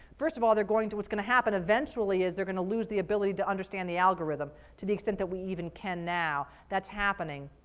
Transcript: first of all, they're going to, what's going to happen eventually is they're going to lose the ability to understand the algorithm to the extent that we even can now. that's happening.